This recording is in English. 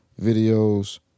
videos